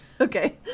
Okay